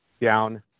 down